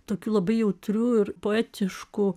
tokių labai jautrių ir poetiškų